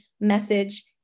message